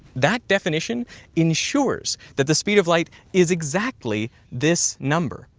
that definition ensures that the speed of light is exactly this number,